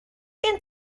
gen